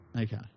Okay